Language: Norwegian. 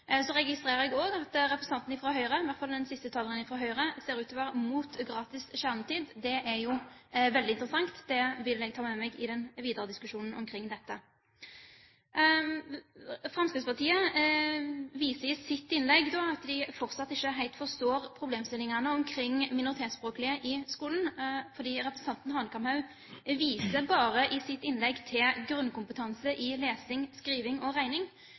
Så registrerer jeg også at representantene fra Høyre – i alle fall den siste taleren fra Høyre – ser ut til å være imot gratis kjernetid. Det er jo veldig interessant. Det vil jeg ta med meg i den videre diskusjonen omkring dette. Fremskrittspartiet viser i sitt innlegg at de fortsatt ikke helt forstår problemstillingen omkring minoritetsspråklige i skolen, for representanten Hanekamhaug viste i sitt innlegg bare til grunnkompetanse i lesing, skriving og regning.